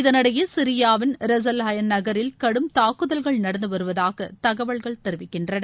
இதனிடையே சிரியாவின் Ras al Ain நகரில் கடும் தாக்குதல்கள் நடந்து வருவதாக தகவல்கள் தெரிவிக்கின்றன